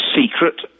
secret